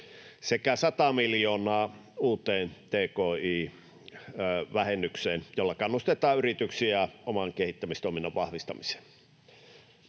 sekä 100 miljoonaa uuteen tki-vähennykseen, jolla kannustetaan yrityksiä oman kehittämistoiminnan vahvistamiseen.